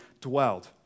dwelled